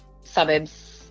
suburbs